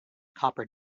copper